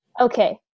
okay